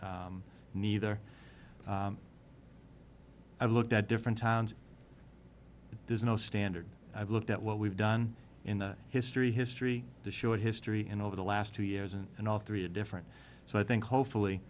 t neither i've looked at different towns there's no standard i've looked at what we've done in the history history the short history and over the last two years and in all three different so i think hopefully